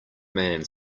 man